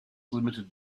limited